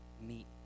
meet